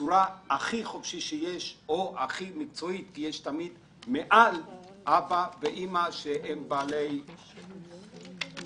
בצורה הכי חופשית או הכי מקצועית בגלל האבא והאימא שהם בעלי השליטה.